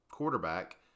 quarterback